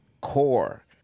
Core